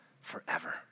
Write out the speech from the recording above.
forever